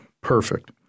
Perfect